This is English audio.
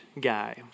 guy